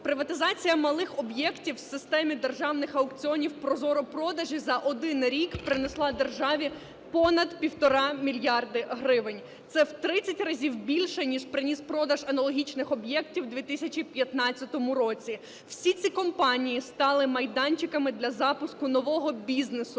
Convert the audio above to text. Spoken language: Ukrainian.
Приватизація малих об'єктів у системі державних аукціонів ProZorro.Продажі за один рік принесла державі понад 1,5 мільярда гривень, це в 30 разів більше, ніж приніс продаж аналогічних об'єктів у 2015 році. Всі ці компанії стали майданчиками для запуску нового бізнесу,